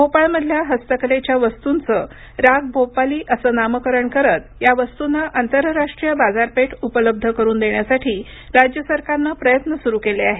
भोपाळमधल्या हस्तकलेच्या वस्तुंचं राग भोपाली असं नामकरण करत या वस्तूंना आंतरराष्ट्रीय बाजारपेठ उपलब्ध करून देण्यासाठी राज्य सरकारनं प्रयत्न सुरू केले आहेत